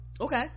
Okay